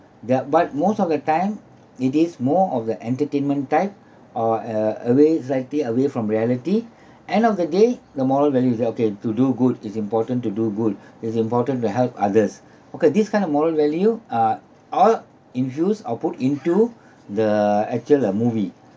their but most of the time it is more of the entertainment type or uh away society away from reality end of the day the moral value it says okay to do good it's important to do good it's important to help others okay this kind of moral value uh are infused or put into the actual uh movie